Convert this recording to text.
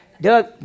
Doug